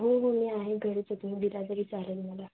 हो हो मी आहे घरीच आहे तुम्ही दिला तरी चालेल मला